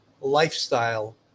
lifestyle